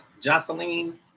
jocelyn